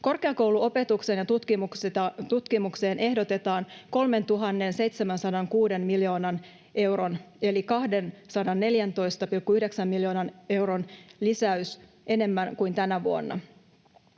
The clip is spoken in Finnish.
Korkeakouluopetukseen ja -tutkimukseen ehdotetaan 3 706 miljoonaa euroa eli 214,9 miljoonaa euroa enemmän kuin tänä vuonna.